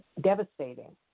devastating